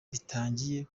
bitangiye